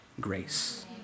grace